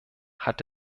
hat